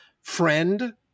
friend